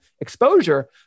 exposure